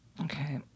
Okay